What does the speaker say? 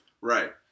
Right